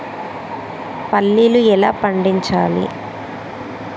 పల్లీలు ఎలా పండించాలి?